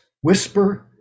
whisper